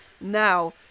Now